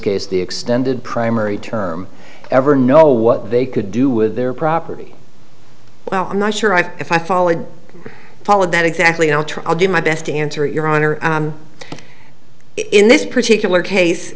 case the extended primary term ever know what they could do with their property well i'm not sure i've if i followed follow that exactly i'll do my best to answer your honor in this particular case